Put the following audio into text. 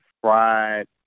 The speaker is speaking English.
fried